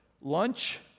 lunch